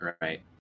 right